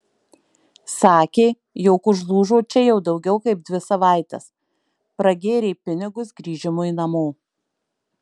sakė jog užlūžo čia jau daugiau kaip dvi savaites pragėrė pinigus grįžimui namo